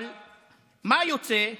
אבל מה יוצא?